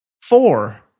Four